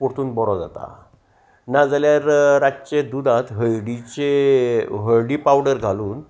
परतून बरो जाता नाजाल्यार रातचे दुदांत हळडीचे हळडी पावडर घालून